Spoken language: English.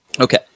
Okay